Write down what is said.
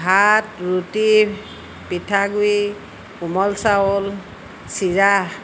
ভাত ৰুটি পিঠাগুড়ি কোমল চাউল চিৰা